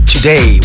Today